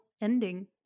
ending